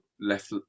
left